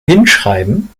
hinschreiben